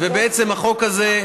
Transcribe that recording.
ובעצם החוק הזה,